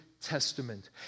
Testament